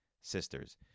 sisters